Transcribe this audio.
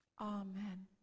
amen